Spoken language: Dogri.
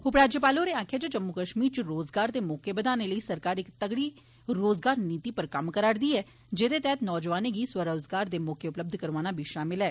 उपराज्यपल होरें आक्खेया जे जम्मू कश्मीर च रोजगार दे मौके बधाने लेई सरकार इक तगड़ी रोजगार नीति पर कम्म करा रदी ऐ जेहदे तैहत नौजवानें गी स्वरोजगार दे मौके उपलब्ध करोआना बी शामल ऐ